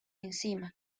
encima